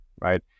right